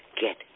get